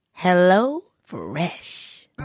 HelloFresh